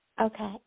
Okay